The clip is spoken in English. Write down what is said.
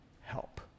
help